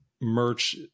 merch